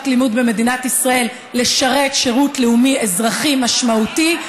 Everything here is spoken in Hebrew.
לימוד במדינת ישראל לשרת שירות לאומי-אזרחי משמעותי,